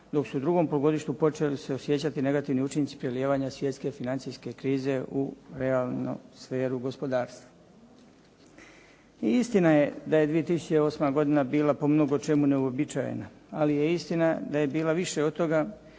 dok su u drugom polugodištu počeli se osjećati negativni učinci prelijevanje svjetske financijske krize u realnu sferu gospodarstva. I istina je da je 2008. godina po mnogo čemu neuobičajena ali je istina da je bila više od toga